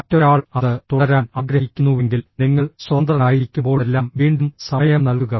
മറ്റൊരാൾ അത് തുടരാൻ ആഗ്രഹിക്കുന്നുവെങ്കിൽ നിങ്ങൾ സ്വതന്ത്രനായിരിക്കുമ്പോഴെല്ലാം വീണ്ടും സമയം നൽകുക